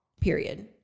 period